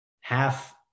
half